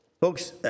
Folks